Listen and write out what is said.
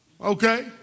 Okay